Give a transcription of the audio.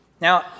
Now